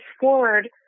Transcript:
forward